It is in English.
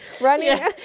running